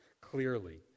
clearly